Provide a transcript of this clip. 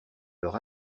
leur